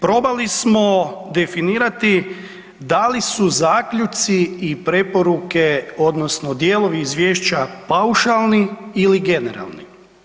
Probali smo definirati da li su zaključci i preporuke odnosno dijelovi izvješća paušalni ili generalni.